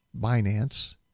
Binance